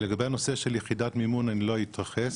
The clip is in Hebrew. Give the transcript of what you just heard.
לגבי הנושא של יחידת מימון, אני לא אתייחס.